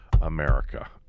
America